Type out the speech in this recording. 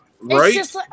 right